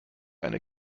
eine